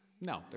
No